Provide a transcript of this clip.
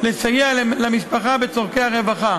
לסייע למשפחה בצורכי הרווחה.